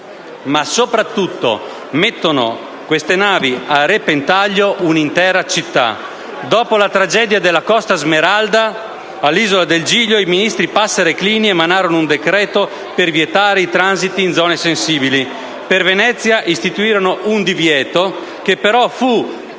ma soprattutto mettono a repentaglio un'intera città. Dopo la tragedia della "Costa Concordia" all'isola del Giglio, i ministri Passera e Clini emanarono un decreto per vietare i transiti in zone sensibili. Per Venezia istituirono un divieto, che però fu